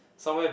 somewhere